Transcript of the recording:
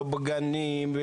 לא בגנים,